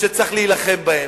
שצריך להילחם בהם.